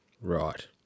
Right